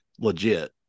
legit